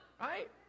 right